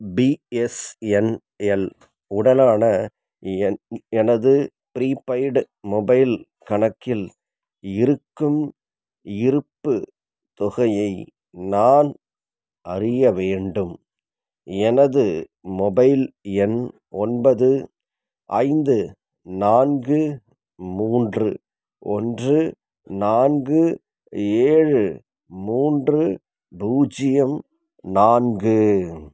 BSNL உடனான என் எனது ப்ரீபெய்டு மொபைல் கணக்கில் இருக்கும் இருப்புத் தொகையை நான் அறிய வேண்டும் எனது மொபைல் எண் ஒன்பது ஐந்து நான்கு மூன்று ஒன்று நான்கு ஏழு மூன்று பூஜ்ஜியம் நான்கு